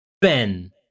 Ben